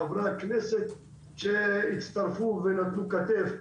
חברי הכנסת שנתנו כתף,